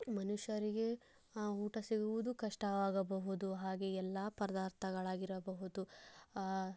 ಮನುಷ್ಯರಿಗೆ ಊಟ ಸಿಗುವುದು ಕಷ್ಟವಾಗಬಹುದು ಹಾಗೆಯೇ ಎಲ್ಲ ಪದಾರ್ಥಗಳಾಗಿರಬಹುದು